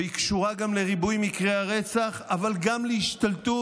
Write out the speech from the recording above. והיא קשורה גם לריבוי מקרי הרצח אבל גם להשתלטות